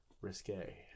risque